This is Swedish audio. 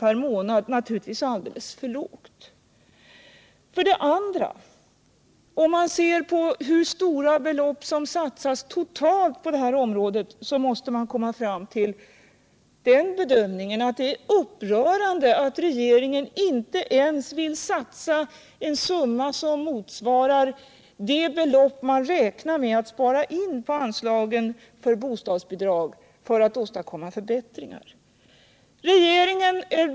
per månad, naturligtvis alldeles för lågt, och för det andra — om man ser på hur stora belopp som totalt satsas på det här området — måste man komma fram till den bedömningen, att det är upprörande att regeringen för att åstadkomma förbättringar inte ens vill satsa en summa som skulle motsvara det belopp den räknar med att kunna spara in på anslagen för bostadsbidrag.